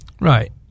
Right